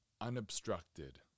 unobstructed